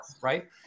right